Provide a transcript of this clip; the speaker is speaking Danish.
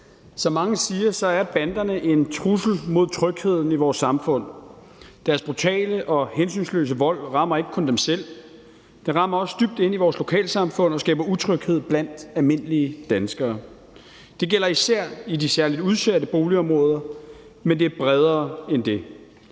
Som mange siger, er banderne en trussel mod trygheden i vores samfund. Deres brutale og hensynsløse vold rammer ikke kun dem selv. Det rammer også dybt ind i vores lokalsamfund og skaber utryghed blandt almindelige danskere. Det gælder især i de særlig udsatte boligområder, men det er bredere end det.